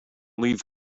leave